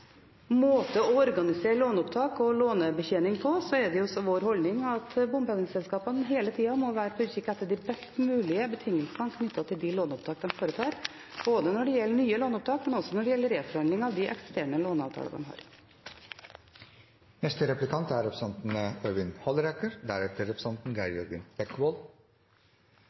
måte å organisere låneopptak og lånebetjening på, er det vår holdning at bompengeselskapene hele tiden må være på utkikk etter best mulige betingelser knyttet til de låneopptak de foretar, både når det gjelder nye låneopptak, og også når det gjelder reforhandling av de eksisterende låneavtalene de har. Bare en liten kommentar til forrige replikant